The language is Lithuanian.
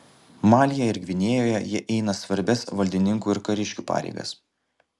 malyje ir gvinėjoje jie eina svarbias valdininkų ir kariškių pareigas